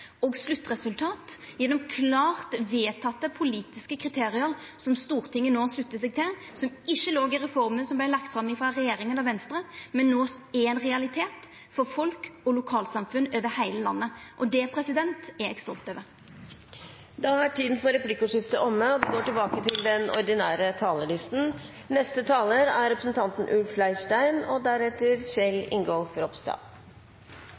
og sluttresultat gjennom klart vedtekne politiske kriterium som Stortinget no sluttar seg til, som ikkje låg i reforma som vart lagd fram frå regjeringa og Venstre, men som no er ein realitet for folk og lokalsamfunn over heile landet. Det er eg stolt over. Replikkordskiftet er omme. I dag behandler vi en reform som trolig er en av de viktigste reformene – og sakene – som vi skal behandle i denne stortingsperioden. Bakteppet for saken i dag er